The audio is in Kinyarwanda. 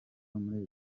muri